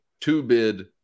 two-bid